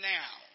now